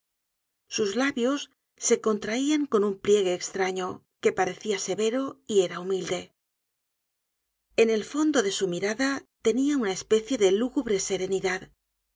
sus labios se contraian con un pliegue estraño que parecia severo f era humilde en el fondo de su mirada tenia una especie de lúgubre serenidad